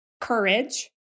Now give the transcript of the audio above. courage